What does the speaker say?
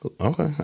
Okay